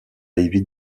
évite